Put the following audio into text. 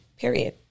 Period